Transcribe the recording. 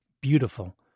beautiful